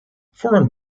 foreign